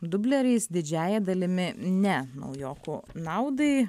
dubleriais didžiąja dalimi ne naujokų naudai